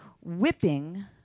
whipping